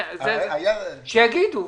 שיגידו.